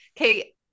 Okay